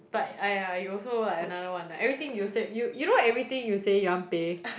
but !aiya! you also like another one ah everything you say you you know everything you say you want pay